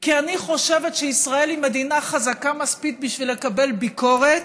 כי אני חושבת שישראל היא מדינה חזקה מספיק לקבל ביקורת.